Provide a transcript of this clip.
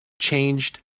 changed